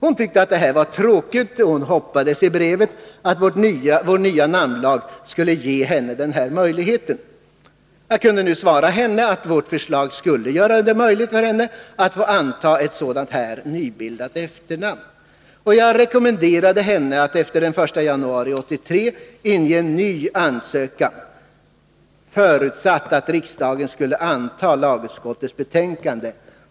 Hon tyckte att detta var tråkigt och hoppades att vårt nya lagförslag skulle ge henne den här möjligheten. Jag kunde svara henne att vårt förslag skulle göra det möjligt för henne att få anta ett sådant nybildat efternamn. Jag rekommenderade henne att efter den 1 januari 1983 inge en ny ansökan, förutsatt att riksdagen antar lagutskottets förslag.